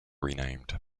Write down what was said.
renamed